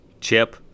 Chip